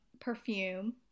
perfume